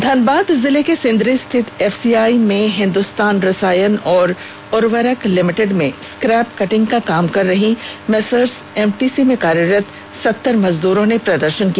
धनबाद जिले के सिंदरी स्थित एफसीआई में हिंदुस्तान रसायन एवं उर्वरक लिमिटेड में स्क्रैप कटिंग का काम कर रही मेसर्स एमटीसी में कार्यरत सत्तर मजदूरो ने प्रदर्शन किया